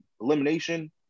elimination